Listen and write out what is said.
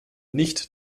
nicht